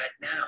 now